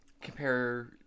compare